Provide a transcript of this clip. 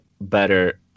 better